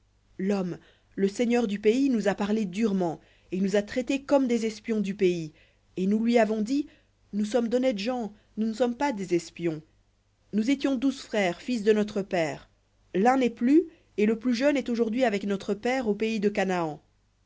l'homme le seigneur du pays nous a parlé durement et nous a traités comme des espions du pays et nous lui avons dit nous sommes d'honnêtes gens nous ne sommes pas des espions nous étions douze frères fils de notre père l'un n'est plus et le plus jeune est aujourd'hui avec notre père au pays de canaan